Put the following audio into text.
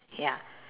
ya